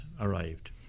arrived